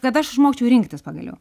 kad aš išmokčiau rinktis pagaliau